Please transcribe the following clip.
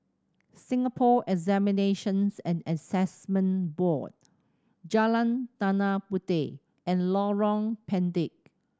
Singapore Examinations and Assessment Board Jalan Tanah Puteh and Lorong Pendek